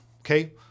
okay